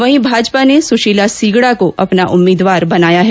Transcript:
वहीं भाजपा ने सुशीला सीगड़ा को अपना उम्मीदवार बनाया है